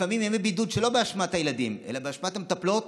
לפעמים ימי בידוד שלא באשמת הילדים אלא באשמת המטפלות,